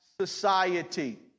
society